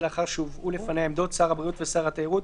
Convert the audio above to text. לאחר שהובאו לפניה עמדות שר הבריאות ושר התיירות,